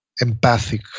empathic